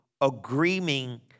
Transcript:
agreeing